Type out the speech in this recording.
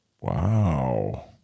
Wow